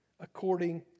according